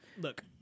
look